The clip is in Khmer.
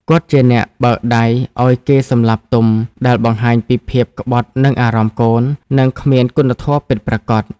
គាត់ជាអ្នកបើកដៃឲ្យគេសម្លាប់ទុំ ដែលបង្ហាញពីភាពក្បត់នឹងអារម្មណ៍កូន និងគ្មានគុណធម៌ពិតប្រាកដ។